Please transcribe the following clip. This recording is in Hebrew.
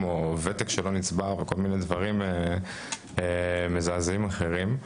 כמו ותק שלא נצבר וכל מיני דברים מזעזעים אחרים.